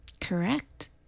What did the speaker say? Correct